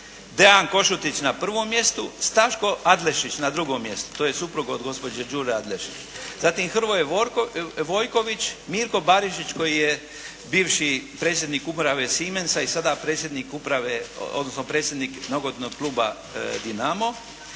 Dean Košutić na prvom mjestu, Staško Adlešić na drugom mjestu. To je suprug od gospođe Đurđe Adlešić. Zatim, Hrvoje Vojković, Mirko Barišić koji je bivši predsjednik Uprave Siemensa i sada predsjednik Uprave odnosno predsjednik Nogometnog kluba Dinamo,